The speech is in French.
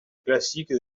classique